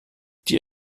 die